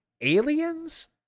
aliens